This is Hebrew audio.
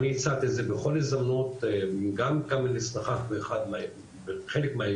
אני הצעתי את זה בכל הזדמנות גם אצלך בחלק מהישיבות,